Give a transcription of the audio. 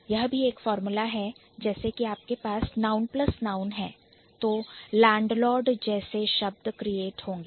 यह भी एक फार्मूला है जैसे कि आपके पास Noun plus Noun है तो Landlord जैसे शब्द create होंगे